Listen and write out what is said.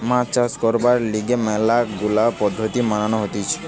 মাছ চাষ করবার লিগে ম্যালা গুলা পদ্ধতি মানতে হতিছে